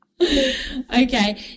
Okay